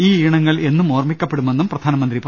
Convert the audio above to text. ആ ഈണങ്ങൾ എന്നും ഓർമ്മി ക്കപ്പെടുമെന്നും പ്രധാനമന്ത്രി പറഞ്ഞു